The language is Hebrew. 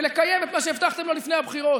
ולקיים את מה שהבטחתם לו לפני הבחירות.